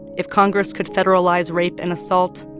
if congress could federalize rape and assault,